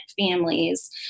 families